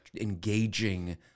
engaging